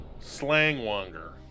Slangwanger